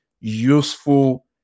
useful